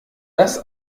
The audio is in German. das